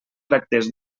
tractés